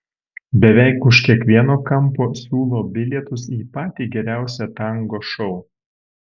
beveik už kiekvieno kampo siūlo bilietus į patį geriausią tango šou